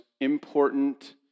important